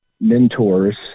mentors